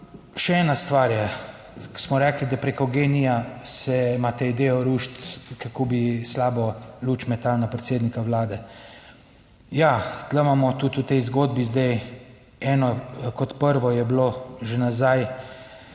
še ena stvar je, ko smo rekli, da preko GEN-I-ja se imate idejo rušiti, kako bi slabo luč metali na predsednika vlade. Ja, tu imamo tudi v tej zgodbi zdaj, eno, kot prvo je bilo že nazaj,